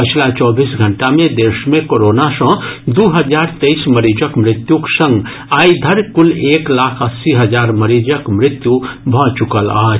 पछिला चौबीस घंटा मे देश मे कोरोना सॅ दू हजार तेईस मरीजक मृत्युक संग आइ धरि कुल एक लाख अस्सी हजार मरीजक मृत्यु भऽ चुकल अछि